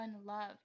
unloved